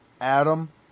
Adam